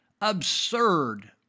absurd